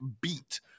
beat